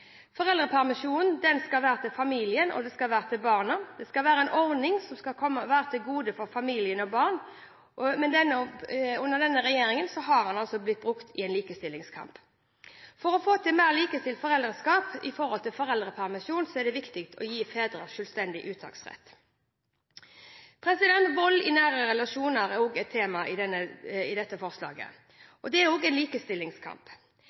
Foreldrepermisjonen skal være til familien og til barna. Det skal være en ordning som skal være til gode for familie og barn, men under denne regjeringen har den også blitt brukt i en likestillingskamp. For å få til et mer likestilt foreldreskap når det gjelder foreldrepermisjon, er det viktig å gi fedre selvstendig uttaksrett. Vold i nære relasjoner er også et tema i dette forslaget. Det er også en likestillingskamp.